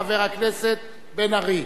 חבר הכנסת בן-ארי.